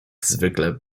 zwykle